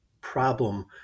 problem